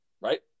right